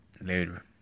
Later